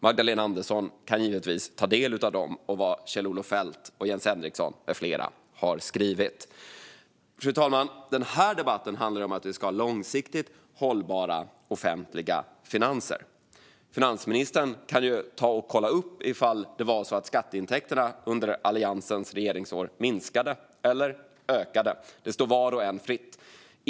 Magdalena Andersson kan givetvis ta del av dem. Fru talman! Den här debatten handlar om att vi ska ha långsiktigt hållbara offentliga finanser. Finansministern kan ju kolla upp om skatteintäkterna under Alliansens regeringsår minskade eller ökade. Det står var och en fritt att göra det.